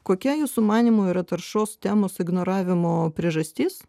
kokia jūsų manymu yra taršos temos ignoravimo priežastis